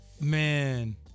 Man